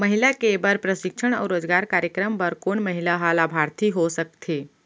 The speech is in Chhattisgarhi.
महिला के बर प्रशिक्षण अऊ रोजगार कार्यक्रम बर कोन महिला ह लाभार्थी हो सकथे?